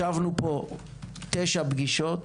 ישבנו פה תשע פגישות,